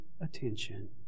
attention